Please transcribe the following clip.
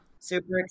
Super